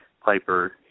Piper